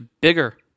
bigger